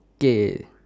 okay